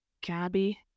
Gabby